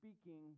speaking